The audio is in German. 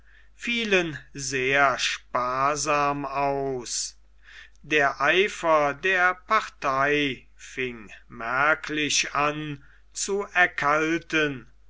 fielen sehr sparsam aus der eifer der partei fing merklich an zu erkalten